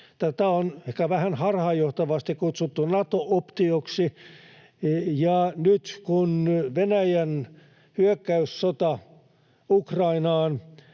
Tätä on ehkä vähän harhaanjohtavasti kutsuttu Nato-optioksi, ja nyt kun Venäjän hyökkäyssota Ukrainaan